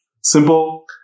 simple